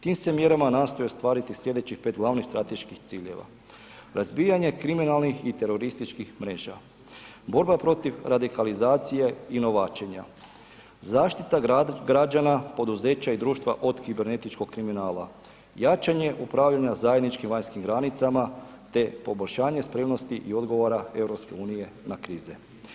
Tim se mjerama nastoje ostvariti sljedećih pet glavnih strateških ciljeva, razbijanje kriminalnih i terorističkih mreža, borba protiv radikalizacije i novačenja, zaštita građana, poduzeća i društva od kibernetičkog kriminala, jačanje upravljanje zajedničkim vanjskim granicama, te poboljšanje spremnosti i odgovora EU na krize.